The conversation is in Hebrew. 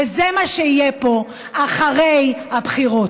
וזה מה שיהיה פה אחרי הבחירות.